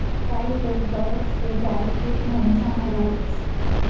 राई येक गवत शे ज्याले पीक म्हणीसन उगाडतस